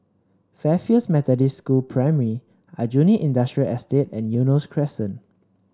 Fairfield Methodist School Primary Aljunied Industrial Estate and Eunos Crescent